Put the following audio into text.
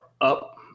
up